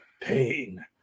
Pain